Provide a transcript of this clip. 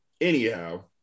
Anyhow